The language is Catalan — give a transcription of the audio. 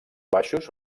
baixos